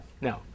no